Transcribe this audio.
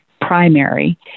primary